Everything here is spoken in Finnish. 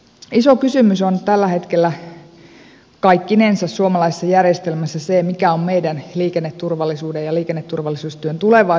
iso kysymys on tällä hetkellä kaikkinensa suomalaisessa järjestelmässä se mikä on meidän liikenneturvallisuuden ja liikenneturvallisuustyön tulevaisuus